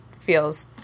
feels